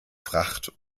fracht